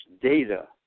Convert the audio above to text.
data